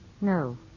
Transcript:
No